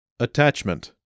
Attachment